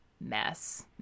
mess